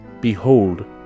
behold